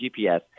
GPS